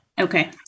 Okay